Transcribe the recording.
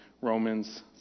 Romans